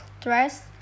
dress